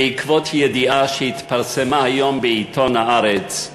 בעקבות ידיעה שהתפרסמה היום בעיתון "הארץ",